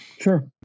Sure